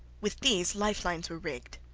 with these life-lines were rigged.